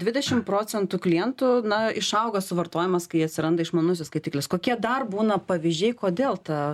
dvidešim procentų klientų na išauga suvartojimas kai atsiranda išmanusis skaitiklis kokie dar būna pavyzdžiai kodėl ta